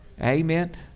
Amen